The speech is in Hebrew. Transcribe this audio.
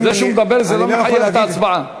זה שהוא מדבר לא מחייב הצבעה.